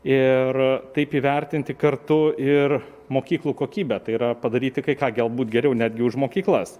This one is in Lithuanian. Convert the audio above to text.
ir taip įvertinti kartu ir mokyklų kokybę tai yra padaryti kai ką galbūt geriau netgi už mokyklas